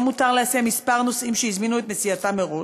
מותר להסיע כמה נוסעים שהזמינו את נסיעתם מראש,